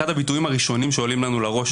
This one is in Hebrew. אחד הביטויים הראשונים שעולים לנו לראש,